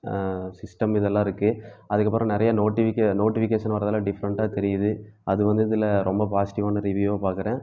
system இதெல்லாம் இருக்கு அதற்கப்பறம் நிறையா நோட்டிஃபிகே நோட்டிஃபிக்கேஷன் வரதெல்லாம் டிஃப்ரெண்ட்டாக தெரியுது அது வந்து இதில் ரொம்ப பாசிட்டிவ்வான ரிவ்யூவாக பார்க்குறேன்